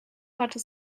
hatte